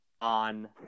on